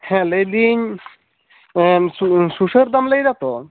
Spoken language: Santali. ᱦᱮᱸ ᱞᱟᱹᱭ ᱫᱤᱧ ᱥᱩᱥᱟᱹᱨ ᱫᱟᱢ ᱞᱟᱹᱭ ᱫᱟ ᱛᱳ